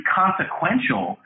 consequential